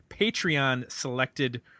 Patreon-selected